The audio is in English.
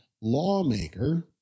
lawmaker